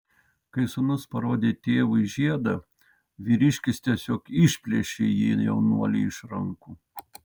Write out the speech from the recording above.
kai sūnus parodė tėvui žiedą vyriškis tiesiog išplėšė jį jaunuoliui iš rankų